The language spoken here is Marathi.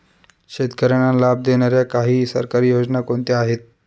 शेतकऱ्यांना लाभ देणाऱ्या काही सरकारी योजना कोणत्या आहेत?